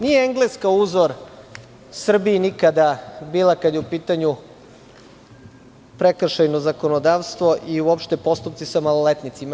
Nije Engleska uzor Srbiji nikada bila kada je u pitanju prekršajno zakonodavstvo i uopšte postupci sa maloletnicima.